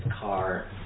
car